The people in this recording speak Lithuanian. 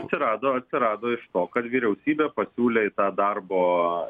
atsirado atsirado iš to kad vyriausybė pasiūlė į tą darbo